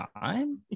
time